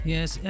Yes